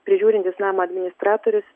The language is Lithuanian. prižiūrintis namo administratorius